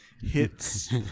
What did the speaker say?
Hits